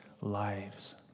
lives